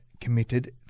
committed